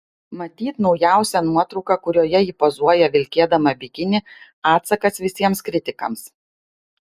matyt naujausia nuotrauka kurioje ji pozuoja vilkėdama bikinį atsakas visiems kritikams